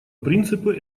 принципы